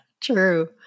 True